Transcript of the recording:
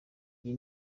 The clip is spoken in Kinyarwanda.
iyi